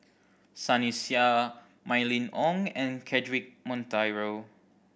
Sunny Sia Mylene Ong and Cedric Monteiro